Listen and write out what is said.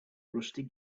rusty